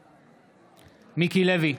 נגד מיקי לוי,